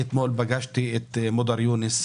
אתמול פגשתי את מודר יונס,